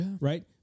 right